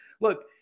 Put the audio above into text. Look